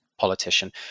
politician